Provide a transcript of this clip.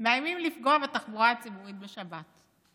מאיימים לפגוע בתחבורה הציבורית בשבת.